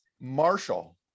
Marshall